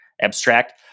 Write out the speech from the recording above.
abstract